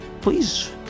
please